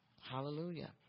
Hallelujah